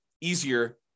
easier